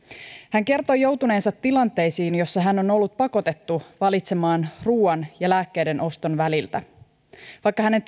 hän kertoi joutuneensa tilanteisiin joissa hän on ollut pakotettu valitsemaan ruuan ja lääkkeiden oston väliltä vaikka hänen